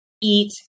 eat